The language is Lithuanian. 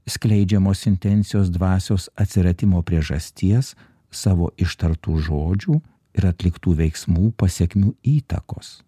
skleidžiamos intencijos dvasios atsiradimo priežasties savo ištartų žodžių ir atliktų veiksmų pasekmių įtakos